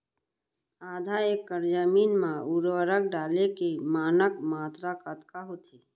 आधा एकड़ जमीन मा उर्वरक डाले के मानक मात्रा कतका होथे?